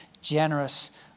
generous